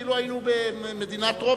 כאילו היינו במדינה טרופית?